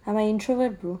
I'm an introvert bro